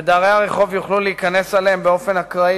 ודרי הרחוב יוכלו להיכנס אליהם באופן אקראי